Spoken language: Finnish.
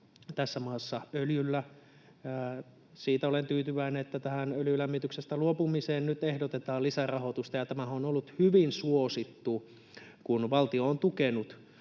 tässä maassa öljyllä. Siihen olen tyytyväinen, että tähän öljylämmityksestä luopumiseen nyt ehdotetaan lisärahoitusta, ja tämähän on ollut hyvin suosittu, kun valtio on tukenut